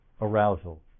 arousal